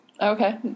Okay